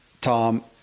Tom